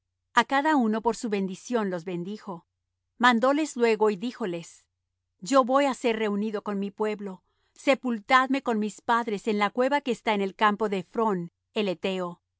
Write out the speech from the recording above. á cada uno por su bendición los bendijo mandóles luego y díjoles yo voy á ser reunido con mi pueblo sepultadme con mis padres en la cueva que está en el campo de ephrón el hetheo en